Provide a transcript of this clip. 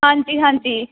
ਹਾਂਜੀ ਹਾਂਜੀ